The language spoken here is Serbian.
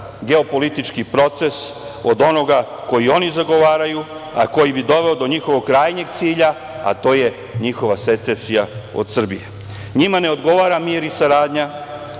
geopolitički proces od onoga koji oni zagovaraju, a koji bi doveo do njihovog krajnjeg cilja, a to je njihova secesija od Srbija. Njima ne odgovara mir i saradnja,